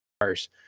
cars